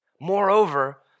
Moreover